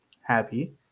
happy